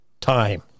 time